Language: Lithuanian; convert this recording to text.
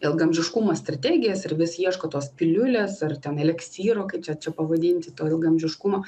ilgaamžiškumo strategijas ir vis ieško tos piliulės ar ten eleksyro kaip čia čia pavadinti to ilgaamžiškumo